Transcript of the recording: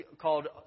called